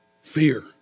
Fear